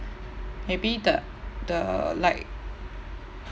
maybe the the like